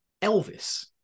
elvis